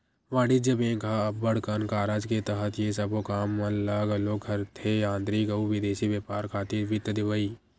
वाणिज्य बेंक ह अब्बड़ कन कारज के तहत ये सबो काम मन ल घलोक करथे आंतरिक अउ बिदेसी बेपार खातिर वित्त देवई